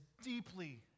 deeply